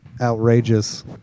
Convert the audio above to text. outrageous